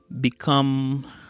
become